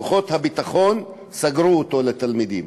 כוחות הביטחון סגרו אותו לתלמידים.